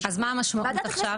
אז מה המשמעות עכשיו?